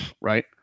right